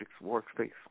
Workspace